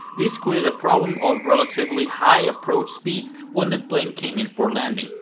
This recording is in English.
this created a problem of relatively high approach speeds when the plane came in for landing.